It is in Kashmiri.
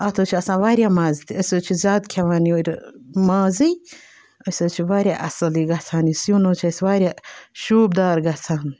اَتہ حظ چھِ آسان واریاہ مَزٕ تہِ أسۍ حظ چھِ زیادٕ کھٮ۪وان یورٕ مازٕے أسۍ حظ چھِ واریاہ اَصٕل یہِ گژھان یہِ سیُٚن حظ چھِ اَسہِ واریاہ شوٗبدار گژھان